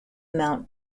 mount